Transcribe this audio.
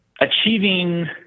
achieving